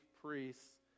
priests